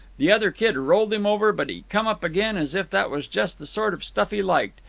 the other kid rolled him over, but he come up again as if that was just the sort of stuff he liked,